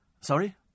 Sorry